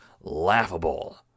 laughable